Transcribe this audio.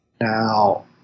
Now